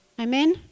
amen